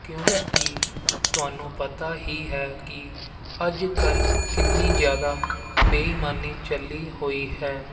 ਕਿਉਂਕਿ ਤੁਹਾਨੂੰ ਪਤਾ ਹੀ ਹੈ ਕਿ ਅੱਜ ਕੱਲ੍ਹ ਕਿੰਨੀ ਜ਼ਿਆਦਾ ਬੇਈਮਾਨੀ ਚੱਲੀ ਹੋਈ ਹੈ